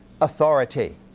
authority